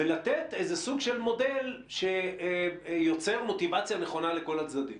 ולתת איזה סוג של מודל שיוצר מוטיבציה נכונה לכל הצדדים.